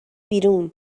بیرون